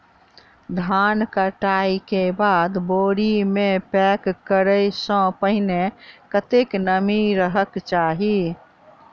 धान कटाई केँ बाद बोरी मे पैक करऽ सँ पहिने कत्ते नमी रहक चाहि?